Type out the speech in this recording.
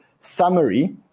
summary